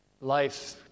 life